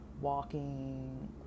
walking